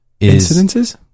Incidences